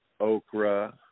okra